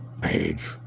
page